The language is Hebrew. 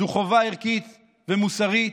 זו חובה ערכית ומוסרית.